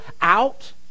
out